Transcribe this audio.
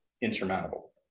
insurmountable